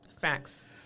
Facts